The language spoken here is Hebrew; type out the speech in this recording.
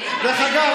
תצביע בעד.